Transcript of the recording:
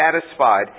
satisfied